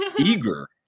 Eager